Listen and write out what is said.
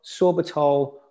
sorbitol